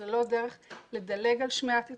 זו לא דרך לדלג על שמיעת התנגדויות,